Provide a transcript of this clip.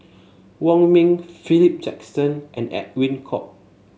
Wong Ming Philip Jackson and Edwin Koek